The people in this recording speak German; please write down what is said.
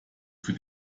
für